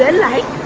and like